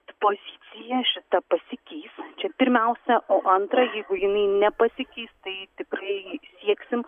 pozicija šita pasikeis čia pirmiausia o antra jeigu jinai nepasikeis tai tikrai sieksim